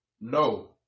No